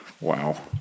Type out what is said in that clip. wow